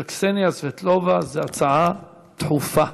של קסניה סבטלובה זו הצעה דחופה,